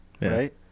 Right